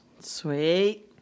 Sweet